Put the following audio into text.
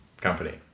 Company